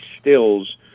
Stills